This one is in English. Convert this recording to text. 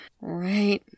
right